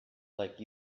like